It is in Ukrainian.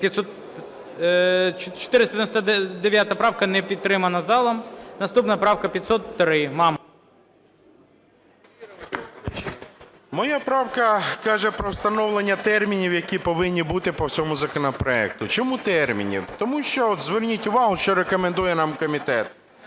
499 правка не підтримана залом. Наступна правка 503, Мамка. 14:28:55 МАМКА Г.М. Моя правка каже про встановлення термінів, які повинні бути по всьому законопроекту. Чому термінів? Тому що, зверніть увагу, що рекомендує нам комітет.